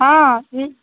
آ ہٕنٛہ